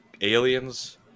aliens